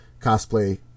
cosplay